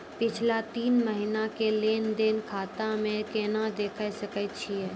पिछला तीन महिना के लेंन देंन खाता मे केना देखे सकय छियै?